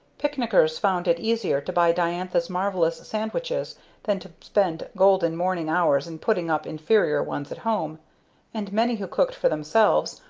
picnickers found it easier to buy diantha's marvelous sandwiches than to spend golden morning hours in putting up inferior ones at home and many who cooked for themselves,